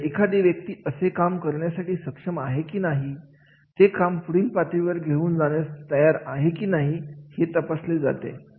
म्हणजेच एखादी व्यक्ती असे काम करण्यासाठी सक्षम आहे की नाही आणि ते काम पुढे पातळीवर घेऊन जाण्यास तयार आहे की नाही हे तपासले जाते